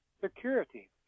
security